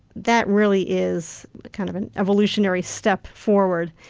that really is a kind of evolutionary step forward.